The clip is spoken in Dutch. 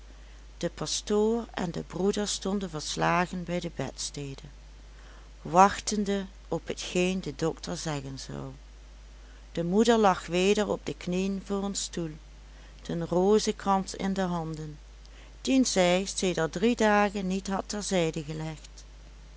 de pastoor en de broeder stonden verslagen bij de bedstede wachtende op hetgeen de dokter zeggen zou de moeder lag weder op de knieën voor een stoel den rozekrans in de handen dien zij sedert drie dagen niet had terzijde gelegd